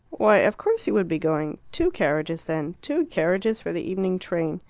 why, of course you would be going. two carriages, then. two carriages for the evening train.